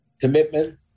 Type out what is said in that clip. commitment